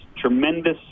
tremendous